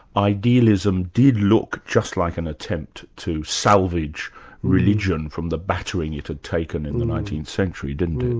idealism did look just like an attempt to salvage religion from the battering it had taken in the nineteenth century, didn't it?